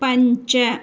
पञ्च